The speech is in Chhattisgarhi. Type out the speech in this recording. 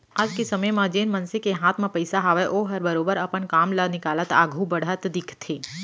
आज के समे म जेन मनसे के हाथ म पइसा हावय ओहर बरोबर अपन काम ल निकालत आघू बढ़त दिखथे